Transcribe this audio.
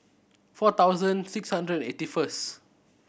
four thousand six hundred eighty first